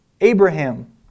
Abraham